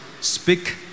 Speak